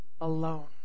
alone